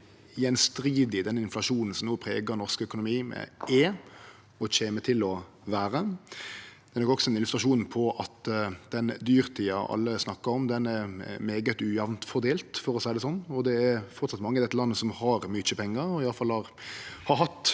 gjenstridig den inflasjonen som no pregar norsk økonomi, er og kjem til å vere, men det er også ein illustrasjon på at den dyrtida alle snakkar om, er veldig ujamt fordelt, for å seie det sånn. Det er framleis mange i dette landet som har mykje pengar, og som i alle fall har hatt